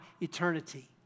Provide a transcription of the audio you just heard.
eternity